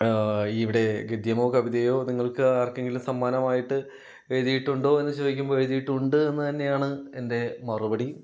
ഇവിടെ ഗദ്യമോ കവിതയോ നിങ്ങൾക്ക് ആർക്കെങ്കിലും സമ്മാനമായിട്ട് എഴുതിയിട്ടുണ്ടോ എന്ന് ചോദിക്കുമ്പോൾ എഴുതിയിട്ടുണ്ട് എന്ന് തന്നെയാണ് എൻ്റെ മറുപടി